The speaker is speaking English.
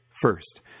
First